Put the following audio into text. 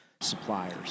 suppliers